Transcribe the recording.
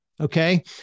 Okay